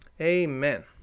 Amen